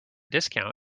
discount